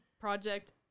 project